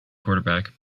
quarterback